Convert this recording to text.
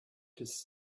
his